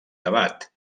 debat